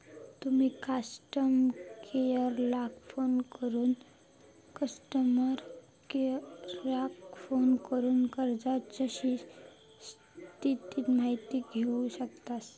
तुम्ही कस्टमर केयराक फोन करून कर्जाच्या स्थितीची माहिती घेउ शकतास